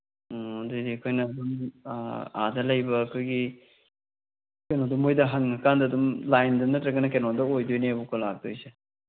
ꯎꯝ ꯑꯗꯨꯗꯤ ꯑꯩꯈꯣꯏꯅ ꯑꯗꯨꯝ ꯑꯥꯗ ꯂꯩꯕ ꯑꯩꯈꯣꯏꯒꯤ ꯀꯩꯅꯣꯗꯣ ꯃꯣꯏꯗ ꯍꯪꯉꯀꯥꯟꯗ ꯑꯗꯨꯝ ꯂꯥꯏꯟꯗ ꯅꯠꯇ꯭ꯔꯒꯅ ꯀꯩꯅꯣꯗ ꯑꯣꯏꯗꯣꯏꯅꯦꯕꯀꯣ ꯂꯥꯛꯇꯣꯏꯁꯦ